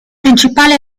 principale